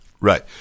Right